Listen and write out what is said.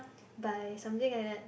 by something like that